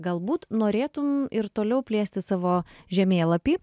galbūt norėtum ir toliau plėsti savo žemėlapį